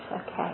okay